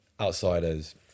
outsider's